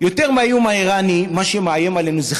מה שמאיים עלינו זה,